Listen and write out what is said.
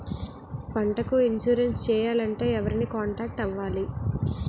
పంటకు ఇన్సురెన్స్ చేయాలంటే ఎవరిని కాంటాక్ట్ అవ్వాలి?